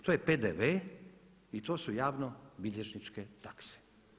To je PDV i to su javnobilježničke takse.